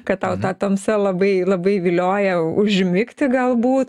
kad tau ta tamsa labai labai vilioja užmigti galbūt